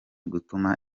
gutuma